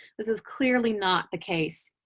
this is clearly not the case.